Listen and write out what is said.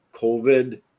COVID